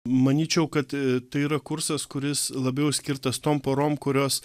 manyčiau kad tai yra kursas kuris labiau skirtas tom porom kurios